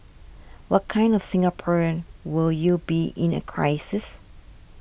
what kind of Singaporean will you be in a crisis